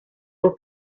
voz